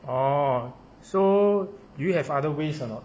oh so do you have other ways or not